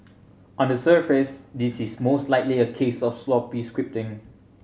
on the surface this is most likely a case of sloppy scripting